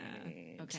okay